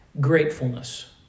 Gratefulness